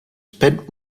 pitt